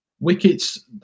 Wickets